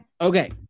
Okay